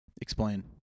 Explain